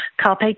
Carpe